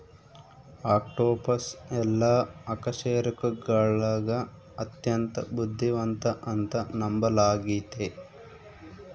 octopus ಎಲ್ಲಾ ಅಕಶೇರುಕಗುಳಗ ಅತ್ಯಂತ ಬುದ್ಧಿವಂತ ಅಂತ ನಂಬಲಾಗಿತೆ